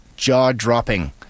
jaw-dropping